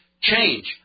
change